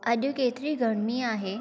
अॼु केतिरी गर्मी आहे